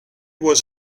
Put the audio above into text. was